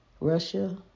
Russia